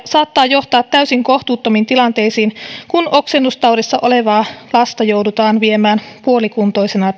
saattaa johtaa täysin kohtuuttomiin tilanteisiin kun oksennustaudissa olevaa lasta joudutaan viemään puolikuntoisena